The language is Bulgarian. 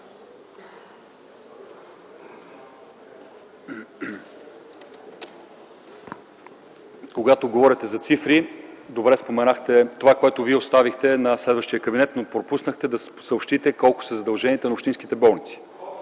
Когато говорите за цифри, добре споменахте това, което оставихте на следващия кабинет, но пропуснахте да съобщите колко са задълженията на общинските болници.